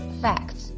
facts